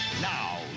Now